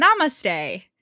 Namaste